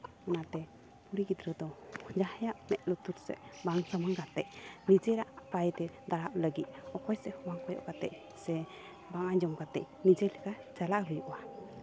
ᱚᱱᱟᱛᱮ ᱠᱩᱲᱤ ᱜᱤᱫᱽᱨᱟᱹ ᱫᱚ ᱡᱟᱦᱟᱸᱭᱟᱜ ᱢᱮᱫ ᱞᱩᱛᱩᱨ ᱥᱮᱫ ᱵᱟᱝ ᱥᱟᱢᱟᱝ ᱠᱟᱛᱮᱫ ᱱᱤᱡᱮᱨᱟᱜ ᱯᱟᱭᱮᱛᱮ ᱛᱟᱲᱟᱢ ᱞᱟᱹᱜᱤᱫ ᱚᱠᱚᱭ ᱥᱮᱫ ᱦᱚᱸ ᱵᱟᱝ ᱠᱚᱭᱚᱜ ᱠᱟᱛᱮᱫ ᱥᱮ ᱵᱟᱝ ᱟᱡᱚᱢ ᱠᱟᱛᱮᱫ ᱱᱤᱡᱮ ᱞᱮᱠᱟ ᱪᱟᱞᱟᱜ ᱦᱩᱭᱩᱜᱼᱟ